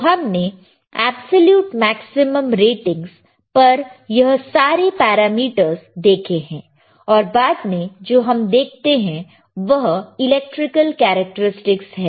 तो हमने absolute maximum ratings पर यह सारे पैरामीटर्स देखे हैं और बाद में जो हम देखते हैं वह इलेक्ट्रिकल कैरेक्टरिस्टिकस है